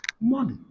Money